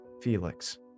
felix